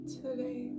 today